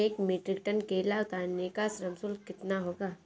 एक metric tonne केला उतारने का श्रम शुल्क कितना होगा?